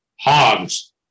Hogs